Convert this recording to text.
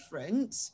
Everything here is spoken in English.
different